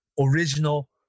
original